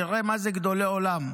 תראה מה זה גדולי עולם: